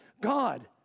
God